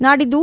ನಾಡಿದ್ದು